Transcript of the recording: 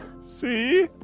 See